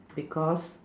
because